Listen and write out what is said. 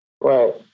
Right